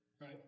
right